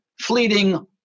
fleeting